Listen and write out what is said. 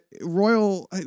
royal